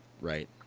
Right